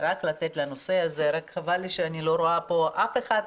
רק חבל לי שאני לא רואה אף אחד מהאופוזיציה,